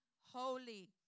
holy